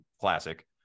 classic